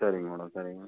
சரிங்க மேடம் சரிங்க